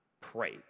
pray